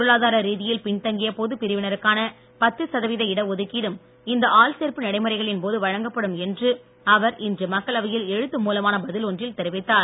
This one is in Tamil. பொருளாதார ரீதியில் பின்தங்கிய பொதுப் பிரிவினருக்கான பத்து சதவிகித இட ஒதுக்கீடும் இந்த ஆள் சேர்ப்பு நடைமுறைகளின் போது வழங்கப்படும் என்று அவர் இன்று மக்களவையில் எழுத்து மூலமான பதில் ஒன்றில் தெரிவித்தார்